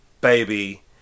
Baby